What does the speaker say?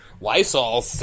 Lysol